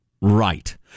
Right